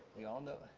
we all know it.